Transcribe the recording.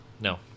no